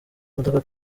imodoka